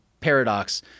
paradox